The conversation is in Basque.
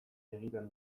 egiten